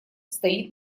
стоит